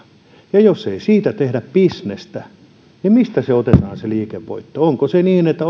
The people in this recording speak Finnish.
jos ei siitä tehdä bisnestä niin mistä otetaan se liikevoitto onko se niin että